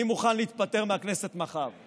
אני מוכן להתפטר מהכנסת מחר.